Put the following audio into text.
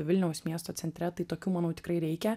vilniaus miesto centre tai tokių manau tikrai reikia